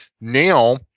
now